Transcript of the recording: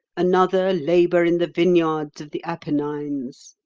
another labour in the vineyards of the apennines?